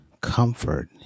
comfort